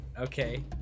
Okay